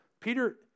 Peter